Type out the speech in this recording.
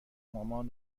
مامان